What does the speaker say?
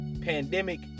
pandemic